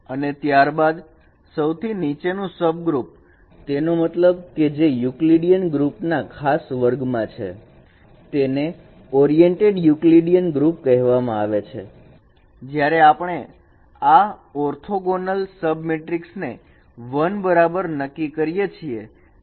અને ત્યારબાદ સૌથી નીચે નું સબગ્રુપ તેનો મતલબ કે જે ઈકલીડીયન ગ્રુપ ના ખાસ વર્ગ મા છે તેને ઓરિએન્ટેડ ઈકલીડીયન ગ્રુપ કહેવામાં આવે છેજ્યારે આપણે આ ઓળખો ગોંડલ સબ મેટ્રિક્સ ને 1 બરાબર નક્કી કરીએ છીએ